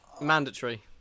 Mandatory